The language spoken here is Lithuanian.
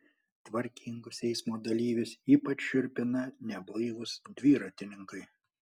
tvarkingus eismo dalyvius ypač šiurpina neblaivūs dviratininkai